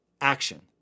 action